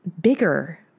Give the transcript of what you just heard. bigger